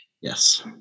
Yes